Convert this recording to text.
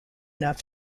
enough